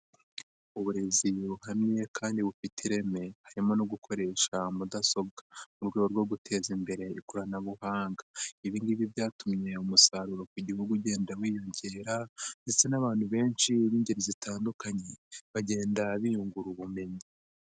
Uburezi buhamye kandi bufite ireme harimo no gukoresha mudasobwa. Mu rwego rwo guteza imbere ikoranabuhanga. Ibi ngibi byatumye umusaruro mu gihugu ugenda wiyongera, ndetse n'abantu benshi b'ingeri zitandukanye, bagenda biyungura ubumenyi.